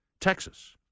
Texas